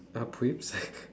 uh please